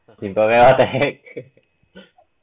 what the heck